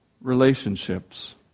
relationships